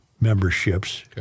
memberships